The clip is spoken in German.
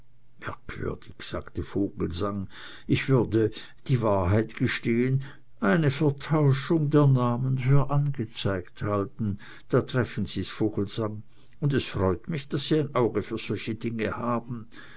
merkwürdig sagte vogelsang ich würde die wahrheit zu gestehen eine vertauschung der namen für angezeigt gehalten haben da treffen sie's vogelsang und es freut mich daß sie ein auge für solche dinge haben